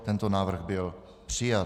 Tento návrh byl přijat.